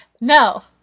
No